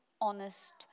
honest